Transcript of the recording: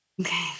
Okay